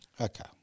Okay